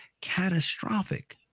catastrophic